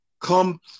come